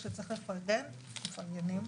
כשצריך לפרגן, מפרגנים.